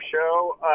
show